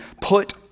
put